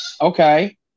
okay